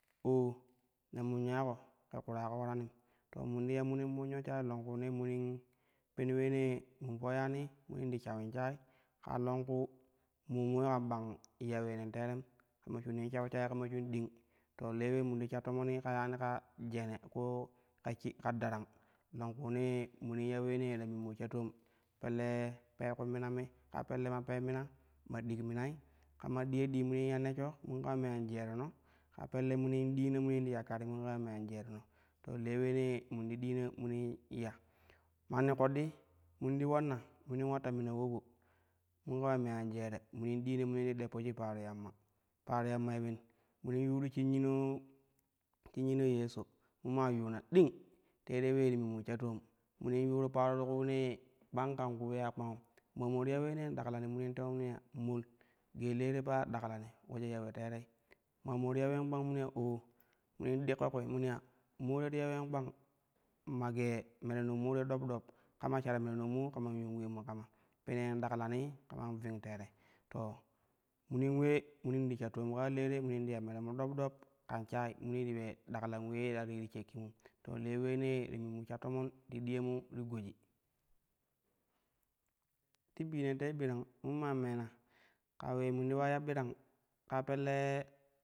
Oo ne munya ko ke kurako ularanim to mun ti ya munin munyo shayi longkuunee munin pen uleenee mun po yani munin ti shawin shayi, ka longku mamoi kan bang ya ulen teerem kama shunin shau shayi kama shun ding to le ulee mun ti sha tomoni ka yani ka jene ku-ka-shi darang longkuunee munin ya weenee ta min mu sha toom pella pee ku mina me, ka pelle man pee mina, ma dik minai kama diya dii munin ya neshsho mun kama me anjereno kaa pelle munin diina munin ti ya kari mun kama me an jereno to le uleene mun ti diina munin ya. Manni ƙoɗɗi mun ti ulanna munin ular ta mina ulobo mun kama me an jere munin ɗiina mumin ti deppo shik paro yamma, para yammai ulen munin yuuro shinyi no yesho mun maa yuuna ding teerei ulee ti min mu sha toom muush yuuru paro ti kuune kpang kan ku ulee a kpangum ma mo ti ya uleenee daklani munin tewon munu ya moi gee le te pa daklani ulejo ya ule teerei, maa mo ti ya ulee kpang muru ya oo muni ɗikko kwi munu ya, mo te ti ya uleen kpang, ma gee mereno mo te dop dop kama shar mereno mo kaman yuun ulem kama pene yen daklanii kaman vin teere to nuunin ule munin ti sha toom kaa le te munin ti ya mere mu dop dop kam shayi munii ti ule daklan ulee ta ri shakkimum to le uleenee ti min mu sha tomon ti diyanru ti goji. Ti bino te birang mun inan meena ka ulee mun ti ula ya birang kaa pella.